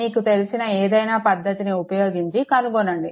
మీకు తెలిసిన ఏదైనా పద్దతిని ఉపయోగించి కనుగొనండి